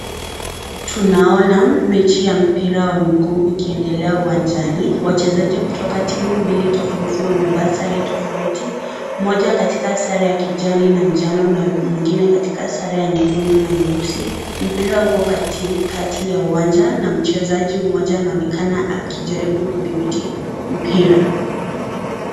Tunaona, mechi ya mpira wa mguu ukiendelea uwanjani, wachezaji kutoka timu mbili tofauti wamevaa sare tofauti, mmoja katika sare ya kijani na njano na mwingine katika sare ya nyekundu na nyeusi, mpira uko kati, kati ya uwanja, na mchezaji mmoja anaonekana akijaribu kuthibiti, mpira.